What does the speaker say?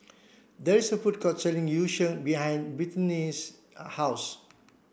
there is a food court selling Yu Sheng behind Brittnay's house